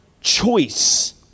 choice